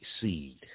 seed